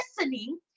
listening